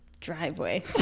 driveway